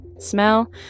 smell